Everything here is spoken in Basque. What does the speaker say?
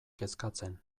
kezkatzen